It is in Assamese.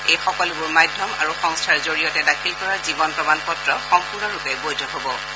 এই সকলোবোৰ মাধ্যম আৰু সংস্থাৰ জৰিয়তে দাখিল কৰা জীৱন প্ৰমাণ পত্ৰ সম্পূৰ্ণৰূপে বৈধ হ'ব